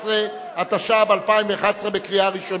14), התשע"ב 2011, קריאה ראשונה.